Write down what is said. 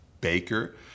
baker